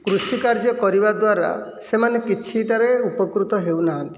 କୃଷି କାର୍ଯ୍ୟ କରିବା ଦ୍ଵାରା ସେମାନେ କିଛିଟାରେ ଉପକୃତ ହେଉ ନାହାନ୍ତି